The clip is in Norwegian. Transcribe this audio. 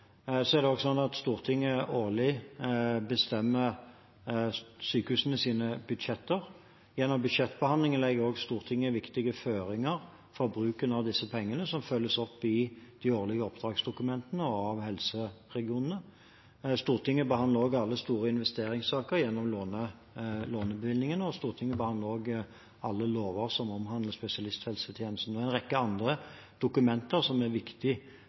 Så er det også slik at Stortinget årlig bestemmer sykehusenes budsjetter. Gjennom budsjettbehandlingene legger også Stortinget viktige føringer for bruken av disse pengene, som følges opp i de årlige oppdragsdokumentene og av helseregionene. Stortinget behandler også alle store investeringssaker gjennom lånebevilgningene, og Stortinget behandler også alle lover som omhandler spesialisthelsetjenesten, og en rekke andre dokumenter som er viktig